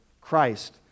Christ